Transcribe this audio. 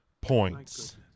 points